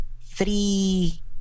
three